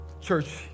Church